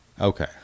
Okay